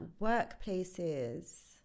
workplaces